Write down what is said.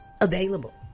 available